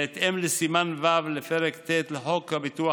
בהתאם לסימן ו' לפרק ט' לחוק הביטוח